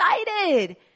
excited